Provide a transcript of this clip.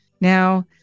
Now